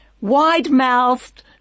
wide-mouthed